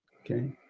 okay